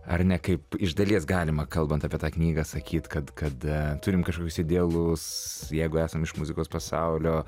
ar ne kaip iš dalies galima kalbant apie tą knygą sakyt kad kad turim kažkokius idealus jeigu esam iš muzikos pasaulio